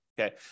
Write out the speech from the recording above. okay